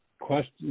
question